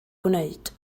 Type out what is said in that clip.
gwneud